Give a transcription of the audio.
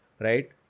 Right